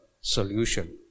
solution